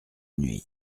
nuit